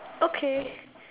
okay